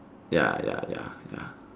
ya ya ya ya